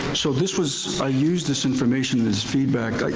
so this was, i used this information as feedback, like